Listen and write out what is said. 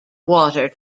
water